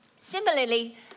Similarly